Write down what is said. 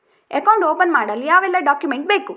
Account open ಮಾಡಲು ಯಾವೆಲ್ಲ document ಬೇಕು?